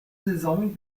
saison